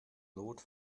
lûd